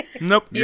Nope